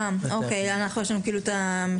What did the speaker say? אוקי, יש לנו את המשולב.